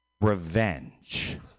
Revenge